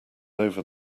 over